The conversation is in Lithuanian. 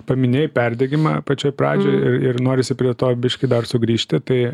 paminėjai perdegimą pačioj pradžioj ir norisi prie to biškį dar sugrįžti tai